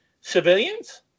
civilians